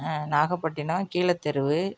நாகப்பட்டினம் கீழ் தெரு